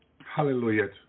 hallelujah